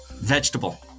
vegetable